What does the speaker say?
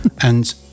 And-